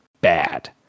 bad